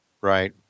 Right